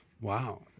Wow